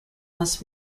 must